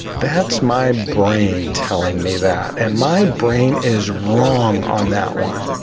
that's my brain telling me that and my brain is wrong on that one.